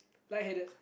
light headed